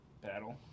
battle